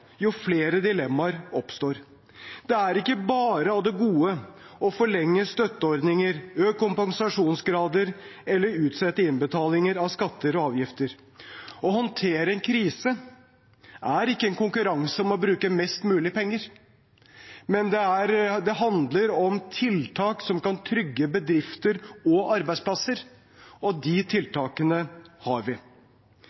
jo flere dilemmaer oppstår. Det er ikke bare av det gode å forlenge støtteordninger, øke kompensasjonsgrader eller utsette innbetalinger av skatter og avgifter. Å håndtere en krise er ikke en konkurranse om å bruke mest mulig penger, men det handler om tiltak som kan trygge bedrifter og arbeidsplasser, og de